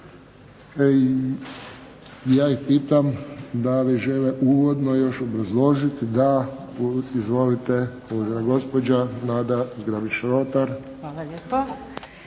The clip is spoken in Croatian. Ja ih pitam da li žele uvodno još obrazložiti? Da. Izvolite uvažena gospođa Nada Zgrabljić Rotar.